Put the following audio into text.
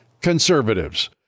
conservatives